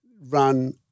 run